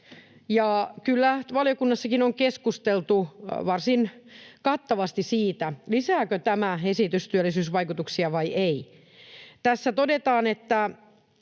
Valiokunnassakin on kyllä keskusteltu varsin kattavasti siitä, lisääkö tämä esitys työllisyysvaikutuksia vai ei. Tässä todetaan, että